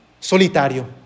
solitario